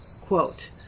Quote